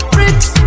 Bricks